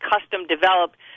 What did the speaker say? custom-developed